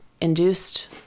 induced